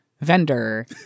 vendor